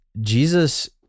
Jesus